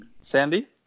Sandy